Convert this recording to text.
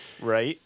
Right